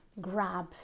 grab